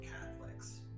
Catholics